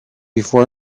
before